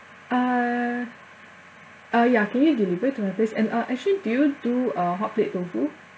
uh uh ya can you deliver it to my place and uh actually do you do uh hotplate tofu